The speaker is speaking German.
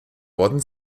worden